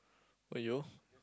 oh you